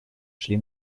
шли